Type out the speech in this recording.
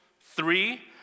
Three